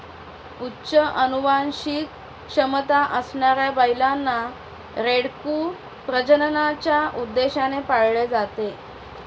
उच्च अनुवांशिक क्षमता असणाऱ्या बैलांना, रेडकू प्रजननाच्या उद्देशाने पाळले जाते